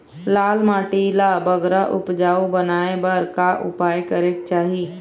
लाल माटी ला बगरा उपजाऊ बनाए बर का उपाय करेक चाही?